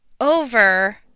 over